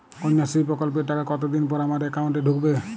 কন্যাশ্রী প্রকল্পের টাকা কতদিন পর আমার অ্যাকাউন্ট এ ঢুকবে?